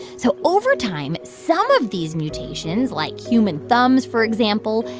so over time, some of these mutations, like human thumbs, for example,